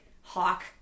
Hawk